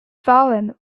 fallen